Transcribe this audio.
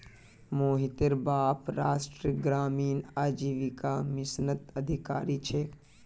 मोहितेर बाप राष्ट्रीय ग्रामीण आजीविका मिशनत अधिकारी छे